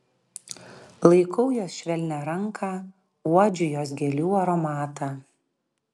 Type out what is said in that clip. laikau jos švelnią ranką uodžiu jos gėlių aromatą